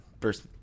first